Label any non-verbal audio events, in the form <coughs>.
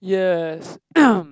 yes <coughs>